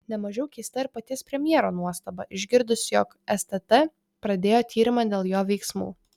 ne mažiau keista ir paties premjero nuostaba išgirdus jog stt pradėjo tyrimą dėl jo veiksmų